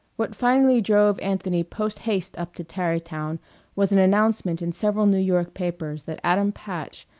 what finally drove anthony post-haste up to tarrytown was an announcement in several new york papers that adam patch,